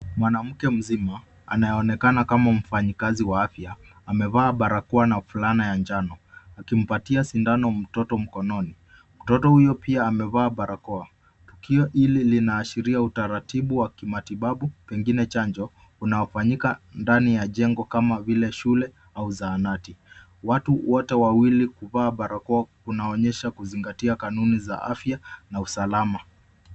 Mwanamke mzima, anayeonekana kama mfanyikazi wa afya, amevaa barakoa na fulana ya njano akimpatia sindano mtoto mkononi. Mtoto huyo pia amevaa barakoa. Tukio hili linaashiria utaratibu wa kimatibabu, pengine chanjo unaofanyika ndani ya jengo kama vile shule au zahanati. Watu wote wawili kuvaa barakoa, unaonyesha kuzingatia kanuni za afya na usalama.